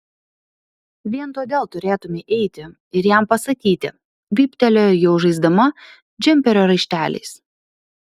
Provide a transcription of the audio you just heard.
vien todėl turėtumei eiti ir jam pasakyti vyptelėjo jau žaisdama džemperio raišteliais